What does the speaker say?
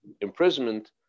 imprisonment